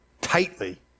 tightly